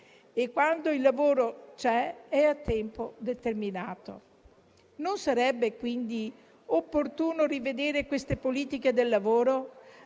e quando il lavoro c'è è a tempo determinato. Non sarebbe quindi opportuno rivedere queste politiche del lavoro,